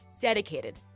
dedicated